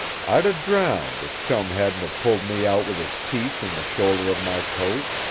i'd a drowned if chum hadn't of pulled me out with his teeth in the shoulder of my coat.